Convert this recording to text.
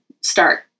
start